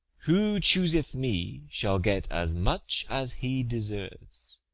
who chooseth me shall get as much as he deserves